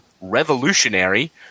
revolutionary